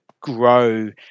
grow